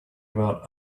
about